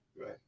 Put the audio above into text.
Right